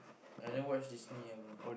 I never watch Disney ah bro